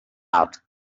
out